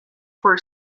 for